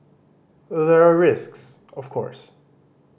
there are risks of course